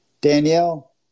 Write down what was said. Danielle